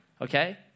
okay